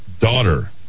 daughter